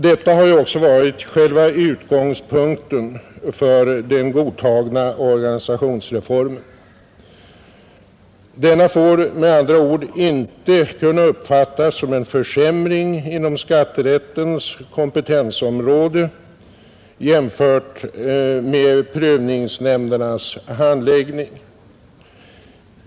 Detta har också varit själva utgångspunkten för den godtagna organisationsreformen. Denna får med andra ord inte uppfattas såsom en försämring inom skatterättens kompetensområde jämfört med prövningsnämndernas handläggning.